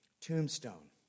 tombstone